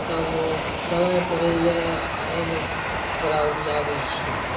तब ओ दबाइ परैया तब ओकरा उपजाबै छी